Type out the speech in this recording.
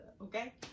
okay